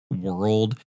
world